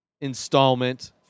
installment